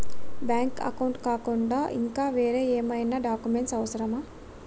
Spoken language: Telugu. బ్యాంక్ అకౌంట్ కాకుండా ఇంకా వేరే ఏమైనా డాక్యుమెంట్స్ అవసరమా?